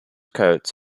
coates